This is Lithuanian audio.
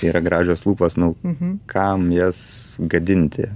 yra gražios lūpos nu nu kam jas gadinti